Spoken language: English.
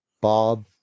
Bob